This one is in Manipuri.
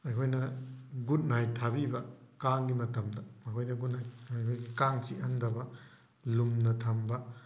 ꯑꯩꯈꯣꯏꯅ ꯒꯨꯗ ꯅꯥꯏꯠ ꯊꯥꯕꯤꯕ ꯀꯥꯡꯒꯤ ꯃꯇꯝꯗ ꯃꯈꯣꯏꯗ ꯒꯨꯗ ꯅꯥꯏꯠ ꯑꯩꯈꯣꯏꯒꯤ ꯀꯥꯡ ꯆꯤꯛꯍꯟꯗꯕ ꯂꯨꯝꯅ ꯊꯝꯕ